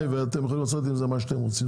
ואתם יכולים לעשות עם זה מה שאתם רוצים,